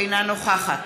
אינה נוכחת